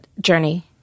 journey